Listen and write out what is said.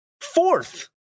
Fourth